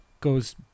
goes